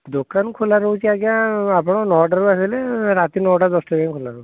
ଦୋକାନ ଖୋଲା ରହୁଛି ଆଜ୍ଞା ଆପଣ ନଅଟାରୁ ଆସିଲେ ରାତି ନଅଟା ଦଶଟା ଯାଏଁ ଖୋଲା ରହୁଛି